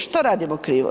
Što radimo krivo?